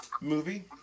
movie